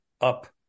up